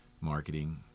marketing